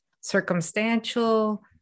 circumstantial